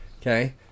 Okay